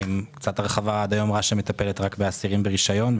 עד היום רש"א מטפלת רק באסירים ברישיון.